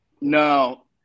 No